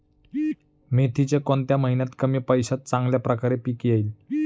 मेथीचे कोणत्या महिन्यात कमी पैशात चांगल्या प्रकारे पीक येईल?